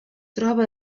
troba